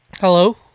Hello